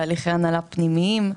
בהליכי הנהלה פנימיים.